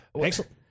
Excellent